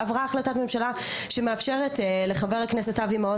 שעברה מאפשרת לחבר הכנסת אבי מעוז,